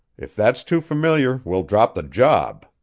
if that's too familiar, we'll drop the job.